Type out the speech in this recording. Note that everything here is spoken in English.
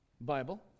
Bible